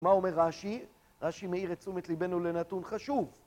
מה אומר רש"י? רש"י מאיר את תשומת ליבנו לנתון חשוב